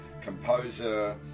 composer